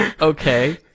Okay